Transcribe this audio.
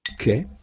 Okay